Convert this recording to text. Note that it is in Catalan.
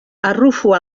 arrufo